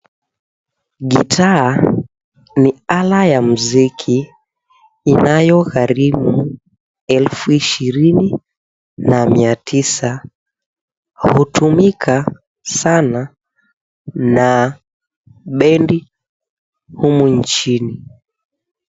Gitaa ni ala ya mziki inayogharimu elfu ishirini na mia tisa hutumika sana na bendi humu nchini.